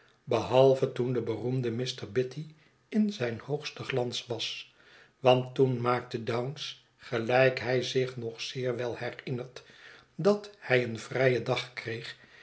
behalve toen de beroemde mr bitty in zyn hoogsten glans was want toen maakte dounce gelijk hij zich nog zeer wel herinnert dat hij een vrijen dag kreeg